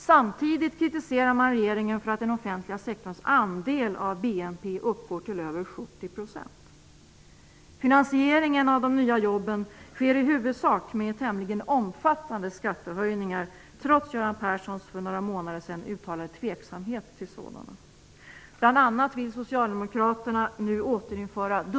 Samtidigt kritiserar man regeringen för att den offentliga sektorns andel av BNP uppgår till över Finansieringen av de nya jobben sker i huvudsak med tämligen omfattande skattehöjningar -- trots Göran Perssons för några månader sedan uttalade tveksamhet till sådana.